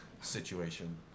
situation